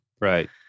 Right